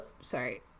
sorry